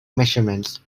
measurements